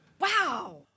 Wow